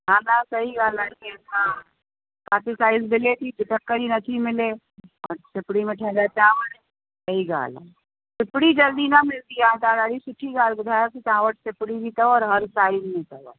हा हा सही ॻाल्हि आहे इअं तव्हांखे साईज़ मिले थी ढक जी नथी मिले ऐं सिपिरी में ठवंदा चावर ई सही ॻाल्हि आहे सिपरी जल्दी न मिलंदी आहे तव्हां ॾाढी सुठी ॻाल्हि ॿुधायव कि तव्हां वटि सिपिरी बि अथव और हर साईज़ में अथव